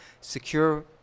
secure